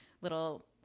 little